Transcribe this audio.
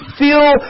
feel